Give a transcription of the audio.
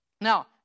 Now